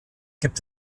gibt